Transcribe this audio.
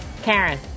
Karen